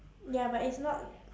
ya but it's not